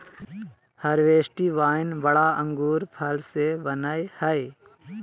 हर्बेस्टि wine बड़ा अंगूर फल से बनयय हइ